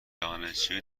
دانشجو